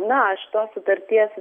na aš tos sutarties